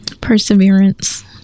Perseverance